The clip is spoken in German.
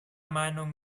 meinung